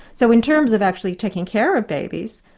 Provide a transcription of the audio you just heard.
so in terms of actually taking care of babies,